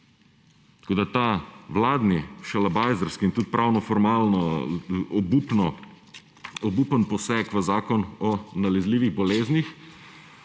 Tako, da ta vladni šalabajzerski in tudi pravnoformalno obupen poseg v Zakon o nalezljivih boleznih